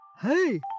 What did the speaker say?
Hey